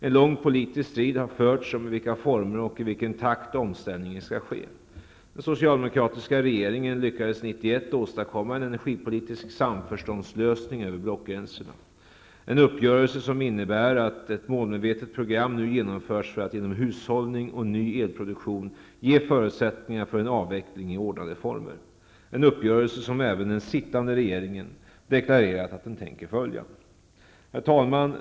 En lång politisk strid har förts om i vilka former och i vilken takt omställningen skall ske. Den socialdemokratiska regeringen lyckades 1991 åstadkomma en energipolitisk samförståndslösning över blockgränserna, en uppgörelse som innebär att ett målmedvetet program nu genomförs för att genom hushållning och ny elproduktion ge förutsättningar för en avveckling i ordnade former, en uppgörelse som även den sittande regeringen har deklarerat att den tänker följa. Herr talman!